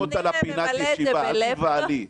מביאים אותה לפינת הישיבה, אל תיבהלי.